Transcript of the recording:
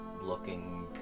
looking